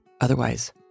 Otherwise